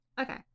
Okay